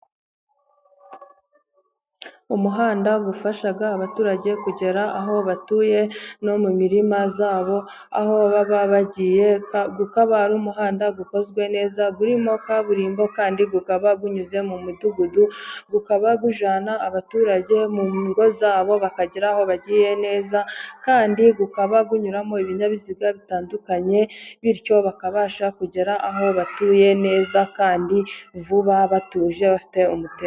Umuhanda wafasha abaturage kugera aho batuye no mu mirimo zabo aho baba bagiye, ukaba umuhanda ukozwe neza urimo kaburimbo, kandi bukaba bunyuze mu mudugudu, ukaba bujyana abaturage mu ngo zabo bakagera aho bagiriye neza, kandi ukaba unyuramo ibinyabiziga bitandukanye, bityo bakabasha kugera aho batuye neza kandi vuba batuje bafite umutekango.